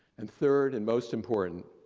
and third and most important,